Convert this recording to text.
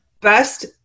best